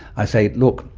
i say, look,